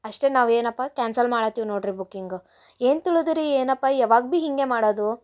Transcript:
ಅಷ್ಟೇ ನಾವು ಏನಪ್ಪ ಕ್ಯಾನ್ಸಲ್ ಮಾಡತ್ತೀವಿ ನೋಡ್ರಿ ಬುಕ್ಕಿಂಗ ಏನು ತಿಳಿದು ರೀ ಏನಪ್ಪ ಯಾವಾಗ ಬಿ ಹೀಗೆ ಮಾಡದು